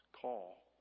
call